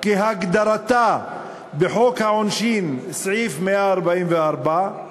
כהגדרתה בחוק העונשין, סעיף 144,